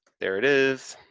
there it is.